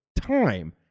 time